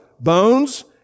Bones